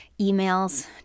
emails